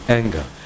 anger